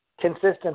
consistent